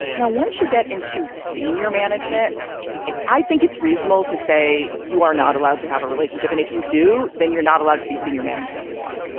now once you get into senior management i think it's reasonable to say you are not allowed to have a relationship and if you do then you're not allowed to be senior management anymore.